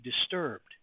disturbed